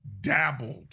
dabbled